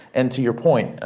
and to your point,